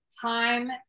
time